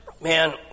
Man